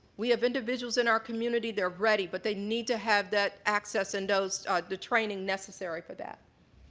we have individuals in our community that are ready but they need to have that access and the training necessary for that.